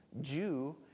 Jew